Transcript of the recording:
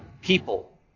people